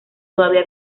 todavía